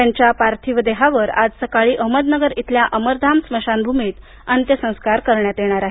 त्यांच्या पार्थिव देहावर आज सकाळी अहमदनगर इथल्या अमरधाम स्मशानभुमीत अंत्यसंस्कार केले जाणार आहेत